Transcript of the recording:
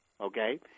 okay